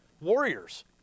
warriors